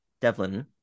devlin